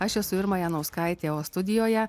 aš esu irma janauskaitė o studijoje